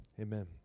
Amen